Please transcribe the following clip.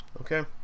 okay